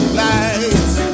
lights